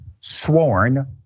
sworn